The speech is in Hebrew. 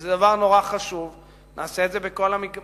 וזה דבר חשוב מאוד, נעשה את זה בכל המגזרים.